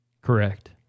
Correct